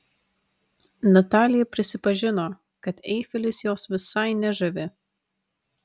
natalija prisipažino kad eifelis jos visai nežavi